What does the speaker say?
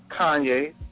Kanye